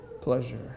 pleasure